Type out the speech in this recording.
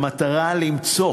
במטרה למצוא